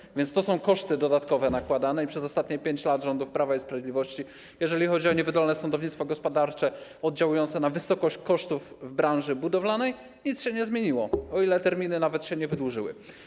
To są więc nakładane koszty dodatkowe i przez ostatnie 5 lat rządów Prawa i Sprawiedliwości, jeżeli chodzi o niewydolne sądownictwo gospodarcze, oddziałujące na wysokość kosztów w branży budowlanej, nic się nie zmieniło - o ile terminy nawet się nie wydłużyły.